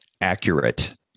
accurate